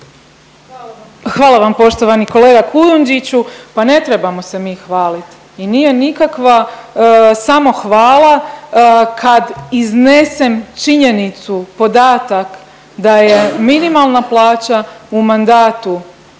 Hvala vam poštovani. Kolega Kujundžiću, pa ne trebamo se mi hvalit i nije nikakva samohvala kad iznesem činjenicu podatak da je minimalna plaća u mandatu